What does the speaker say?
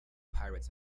pirates